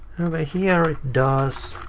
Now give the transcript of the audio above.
over here it does,